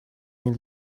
been